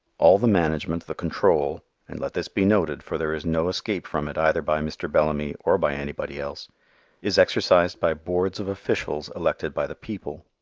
all the management, the control and let this be noted, for there is no escape from it either by mr. bellamy or by anybody else is exercised by boards of officials elected by the people.